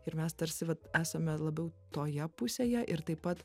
ir mes tarsi vat esame labiau toje pusėje ir taip pat